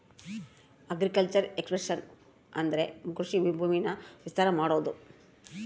agriculture expansion ಅಂದ್ರೆ ಕೃಷಿ ಭೂಮಿನ ವಿಸ್ತಾರ ಮಾಡೋದು